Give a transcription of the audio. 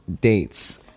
dates